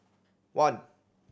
one